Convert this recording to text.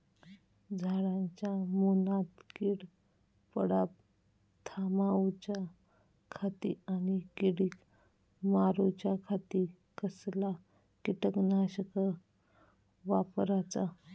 झाडांच्या मूनात कीड पडाप थामाउच्या खाती आणि किडीक मारूच्याखाती कसला किटकनाशक वापराचा?